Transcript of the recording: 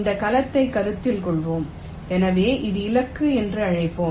இந்த கலத்தை கருத்தில் கொள்வோம் எனவே இது இலக்கு என்று அழைப்போம்